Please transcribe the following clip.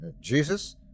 Jesus